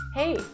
Hey